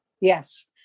Yes